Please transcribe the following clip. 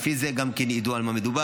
לפי זה ידעו על מה מדובר.